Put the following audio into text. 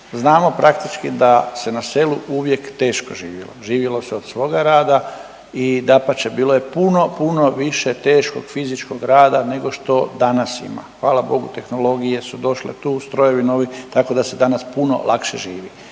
znamo praktički da se na selu uvijek teško živjelo. Živjelo se od svoga rada i dapače, bilo je puno, puno više teškog fizičkog rada nego što danas ima. Hvala Bogu, tehnologije su došle tu, strojevi novi, tako da se danas puno lakše živi.